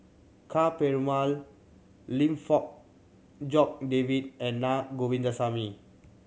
Ka Perumal Lim Fong Jock David and Na Govindasamy